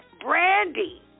Brandy